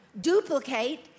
duplicate